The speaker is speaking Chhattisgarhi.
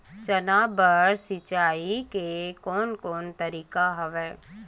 चना बर सिंचाई के कोन कोन तरीका हवय?